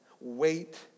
Wait